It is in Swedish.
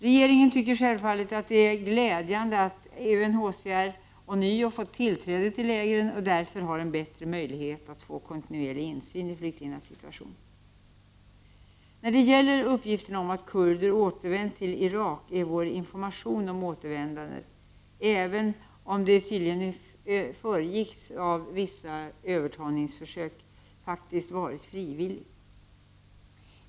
Regeringen tycker självfallet att det är glädjande att UNHCR ånyo fått tillträde till lägren och därför har en bättre möjlighet att få kontinuerlig insyn i flyktingarnas situation. 21 När det gäller uppgifterna om att kurder återvänt till Irak är vår information att återvändandet — även om det tydligen föregicks av vissa övertalningsförsök — faktiskt varit frivilligt.